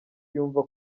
yumva